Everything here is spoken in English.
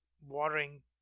watering